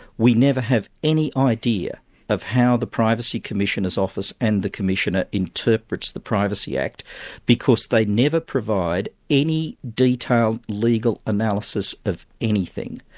we never have any idea of how the privacy commissioner's office and the commissioner interprets the privacy act because they never provide any detailed legal analysis of anything.